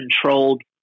controlled